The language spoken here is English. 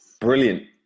Brilliant